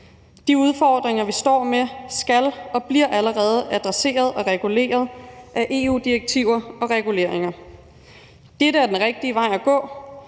De udfordringer, vi står med, skal, og det bliver de allerede, adresseres og reguleres af EU-direktiver og -reguleringer. Dette er den rigtige vej at gå,